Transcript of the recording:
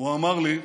הוא אמר לי: